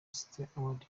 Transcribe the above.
stewart